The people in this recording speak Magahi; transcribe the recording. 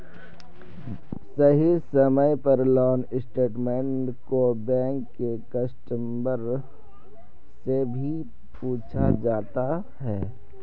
सही समय पर लोन स्टेटमेन्ट को बैंक के कस्टमर से भी पूछा जाता है